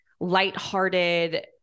lighthearted